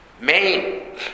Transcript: main